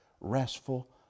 restful